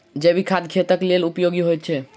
जैविक खाद खेतक लेल उपयोगी होइत छै